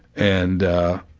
and ah,